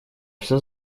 все